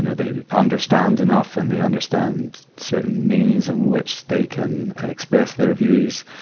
you know they understand enough and they understand certain means and which they can express their views.